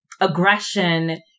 aggression